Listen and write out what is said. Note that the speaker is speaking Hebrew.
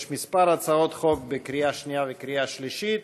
יש כמה הצעות חוק בקריאה שנייה ובקריאה שלישית.